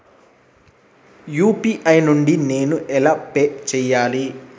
UPI నుండి నేను ఎలా పే చెయ్యాలి?